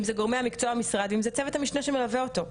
אם זה גורמי המקצוע במשרד ואם זה צוות המשנה שמלווה אותו.